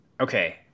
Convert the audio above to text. Okay